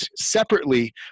separately